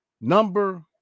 number